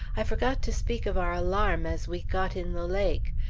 i forgot to speak of our alarm as we got in the lake.